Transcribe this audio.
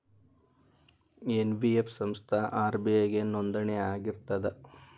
NBF ಸಂಸ್ಥಾ RBI ಗೆ ನೋಂದಣಿ ಆಗಿರ್ತದಾ?